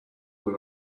what